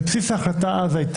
בסיס ההחלטה היה